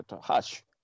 Hush